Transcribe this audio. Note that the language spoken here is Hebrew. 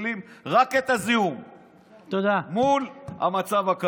משקללים רק את הזיהום מול המצב הקיים.